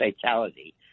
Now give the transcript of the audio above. fatality